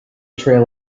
trail